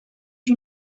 you